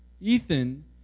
Ethan